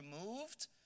removed